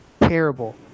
terrible